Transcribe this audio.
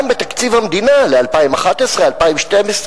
גם בתקציב המדינה ל-2011 2012,